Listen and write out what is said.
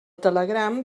telegram